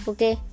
Okay